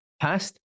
past